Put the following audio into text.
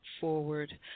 forward